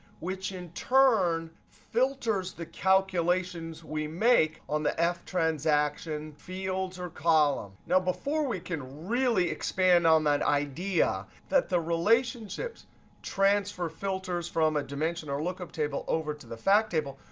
which in turn filters the calculations we make on the ftransaction fields or column. now, before we can really expand on that idea that the relationships transfer filters from a dimension or lookup table over to the fact table,